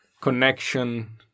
connection